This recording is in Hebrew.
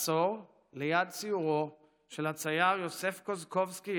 לעצור ליד ציורו של הצייר יוסף קוזקובסקי,